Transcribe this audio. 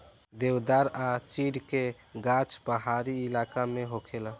देवदार आ चीड़ के गाछ पहाड़ी इलाका में होखेला